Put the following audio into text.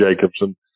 Jacobson